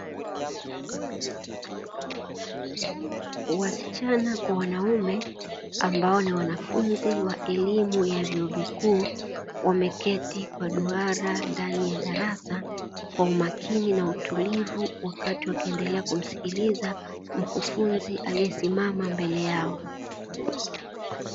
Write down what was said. Wasichana kwa wanaume ambao ni wanafunzi wa elimu ya vyuo vikuu wameketi kwa duara ndani ya darasa kwa umakini na utulivu, wakati wakaendelea kumsikiliza mkufunzi aliyesimama mbele yao.